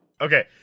Okay